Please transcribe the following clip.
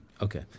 Okay